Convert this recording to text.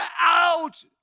out